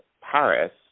Paris